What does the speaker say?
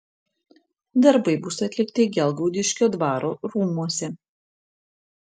darbai bus atlikti gelgaudiškio dvaro rūmuose